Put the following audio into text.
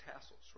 tassels